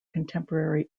contemporary